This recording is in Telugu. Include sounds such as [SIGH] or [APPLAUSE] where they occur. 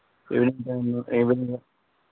[UNINTELLIGIBLE]